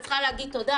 את צריכה להגיד תודה,